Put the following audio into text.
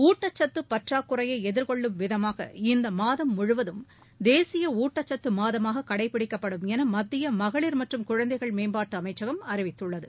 ஊட்டச்சத்து பற்றாக்குறையை எதிர்கொள்ளும் விதமாக இந்த மாதம் முழுவதும் தேசிய ஊட்டச்சத்து மாதமாக கடைபிடிக்கப்படும் என மத்திய மகளிர் மற்றும் குழந்தைகள் மேம்பாட்டு அமைச்சகம் அறிவித்துள்ளது